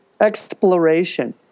exploration